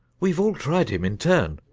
we've all tried him in turn,